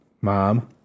Mom